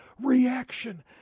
reaction